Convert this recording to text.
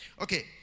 Okay